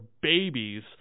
babies